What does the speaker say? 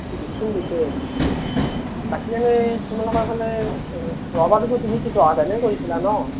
বাকী এনেই তোমালোকৰ ফালে যোৱাবাৰতোতো তুমি জহা ধানেই কৰিছিলা ন'